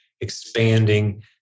expanding